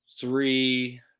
three